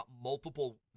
multiple